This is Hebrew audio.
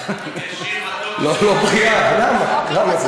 לא בריא, לא בריא, למה?